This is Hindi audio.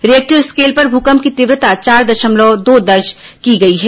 रिएक्टर स्केल पर भूकंप की तीव्रता चार दशमलव दो दर्ज की गई है